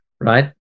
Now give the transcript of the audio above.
right